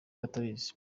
batabizi